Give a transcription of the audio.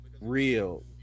real